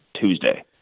Tuesday